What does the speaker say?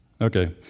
Okay